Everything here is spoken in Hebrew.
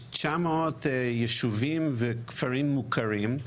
יש 900 יישובים וכפרים מוכרים.